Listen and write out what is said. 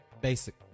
basic